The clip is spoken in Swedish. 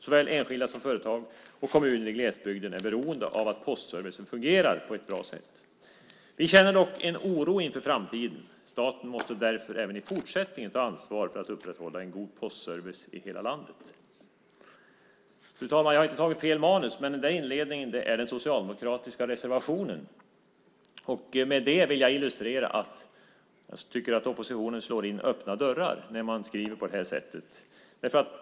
Såväl enskilda som företag och kommuner i glesbygden är beroende av att postservicen fungerar på ett bra sätt. Vi känner dock en oro inför framtiden. Staten måste därför även i fortsättningen ta ansvar för att upprätthålla en god postservice i hela landet. Fru talman! Jag har inte tagit fel manus. Den där inledningen är den socialdemokratiska reservationen. Med det vill jag illustrera att jag tycker att oppositionen slår in öppna dörrar när man skriver på detta sätt.